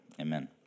amen